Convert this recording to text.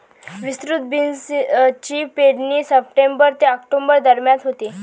विस्तृत बीन्सची पेरणी सप्टेंबर ते ऑक्टोबर दरम्यान होते